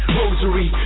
rosary